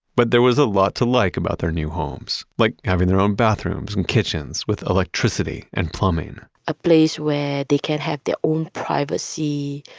but there was a lot to like about their new homes like having their own bathrooms and kitchens with electricity and plumbing a place where they could have their own privacy.